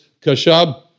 kashab